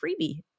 freebie